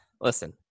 Listen